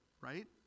right